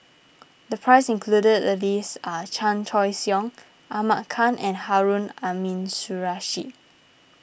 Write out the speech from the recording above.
the price included the list are Chan Choy Siong Ahmad Khan and Harun Aminurrashid